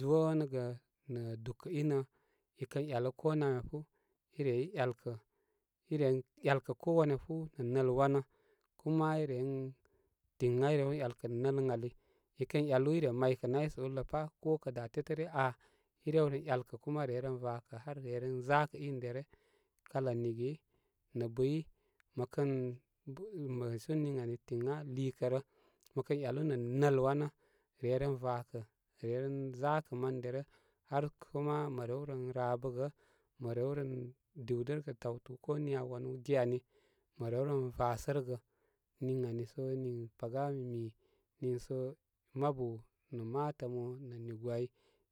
Zo nə' gə nə' dukə inə i kən yalə ko namya fu i rey yalkə i ren yalkə ko wan ya fu nə nɨl wanə kuma i ren tiŋa i ren yalkə nɨ ən ali i kən yalu i re maykə nay sə, uləpa ko kə da tetəre aa, i rew ren 'yalkə kuma reren vakə har re ren zakə in derə kala nigi nə bɨy, mə kən bɨ may su ən ani tiŋa lhikə rə mə kən 'yalu nə nɨl wanə re ren vakə re ren zakə man derə har kuma mə ren rabəgə mə re ren dɨwdəraturungaturun tawtu ko niya wanu ge ani mə re ren vasərəgə niŋ aani sə niŋ paga mimi niisə mabu nə matamu nə nigu ai